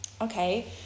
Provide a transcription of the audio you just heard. okay